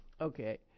Okay